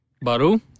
Baru